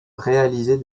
réaliser